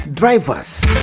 Drivers